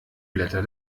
blätter